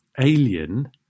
alien